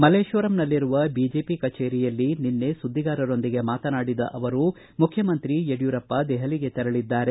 ಮಲ್ಲೇಶ್ವರಂನಲ್ಲಿರುವ BJP ಕಚೇರಿಯಲ್ಲಿ ನಿನ್ನೆ ಸುದ್ದಿಗಾರರೊಂದಿಗೆ ಮಾತನಾಡಿದ ಅವರು ಮುಖ್ಯಮಂತ್ರಿ ಯಡಿಯೂರಪ್ಪ ದೆಹಲಿಗೆ ತೆರಳಿದ್ದಾರೆ